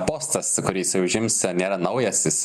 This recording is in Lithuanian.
postas kurį jisai užims nėra naujas jis